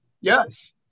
Yes